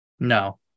No